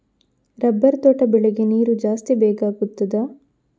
Rubber ತೋಟ ಬೆಳೆಗೆ ನೀರು ಜಾಸ್ತಿ ಬೇಕಾಗುತ್ತದಾ?